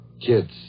Kids